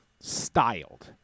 styled